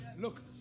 look